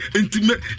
intimate